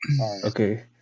Okay